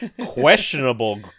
questionable